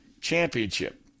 Championship